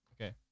Okay